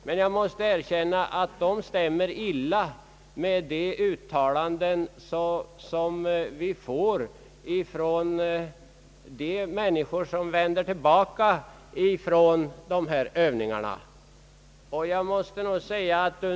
Men de siffrorna rimmar dåligt med de uttalanden som de människor ofta gör som vänder tillbaka från dessa övningar.